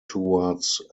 towards